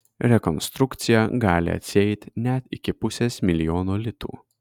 rekonstrukcija gali atsieit net iki pusės milijono litų